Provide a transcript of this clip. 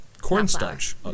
Cornstarch